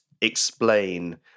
explain